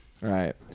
right